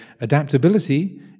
adaptability